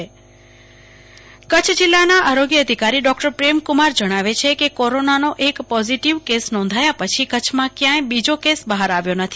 કલ્પના શાહ્ કચ્છ જીલ્લા આરોગ્ય અધિકારી કચ્છ ના જિલ્લા આરોગ્ય અધિકારી ડોક્ટર પ્રેમકુમાર જણાવે છે કે કોરોના નો એક પોઝિટિવ કેસ નોંધાયા પછી કચ્છ માં ક્યાંથ બીજો કેસ બહાર આવ્યો નથી